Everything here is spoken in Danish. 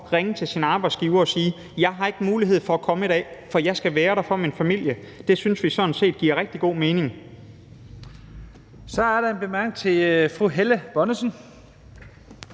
ringe til sin arbejdsgiver og sige: Jeg har ikke mulighed for at komme i dag, for jeg skal være der for min familie. Det synes vi sådan set giver rigtig god mening. Kl. 20:42 Første næstformand (Leif Lahn Jensen):